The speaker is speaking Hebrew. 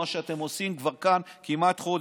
מה שאתם עושים כאן כבר כמעט חודש.